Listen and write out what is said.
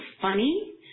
funny